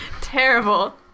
Terrible